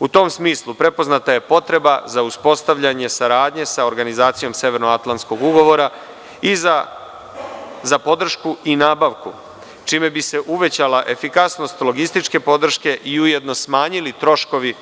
U tom smislu, prepoznata je potreba za uspostavljanje saradnje sa organizacijom Severnoatlantskog ugovora i za podršku i nabavku čime bi se uvećala efikasnost logističke podrške i ujedno smanjili troškovi